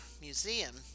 museum